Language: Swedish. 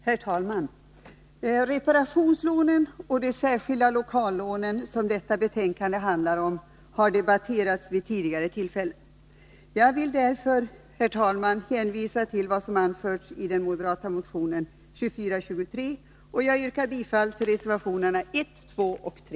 Herr talman! Reparationslånen och de särskilda lokallånen som detta betänkande handlar om har debatterats vid tidigare tillfällen. Därför vill jag, herr talman, hänvisa till vad som har anförts i den moderata motionen 2423. Jag yrkar bifall till reservationerna 1, 2 och 3.